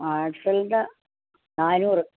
നാനൂറ്